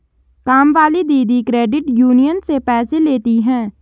कामवाली दीदी credit union से पैसे लेती हैं